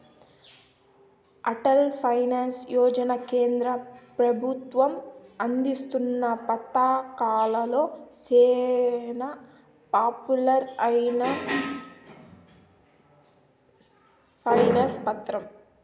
Atal pension Yojana కేంద్ర పెబుత్వం అందిస్తున్న పతకాలలో సేనా పాపులర్ అయిన పెన్సన్ పతకం